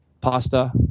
pasta